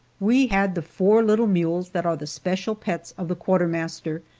we had the four little mules that are the special pets of the quartermaster,